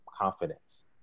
confidence